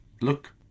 look